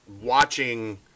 Watching